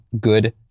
good